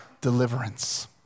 deliverance